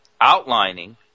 outlining